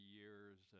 years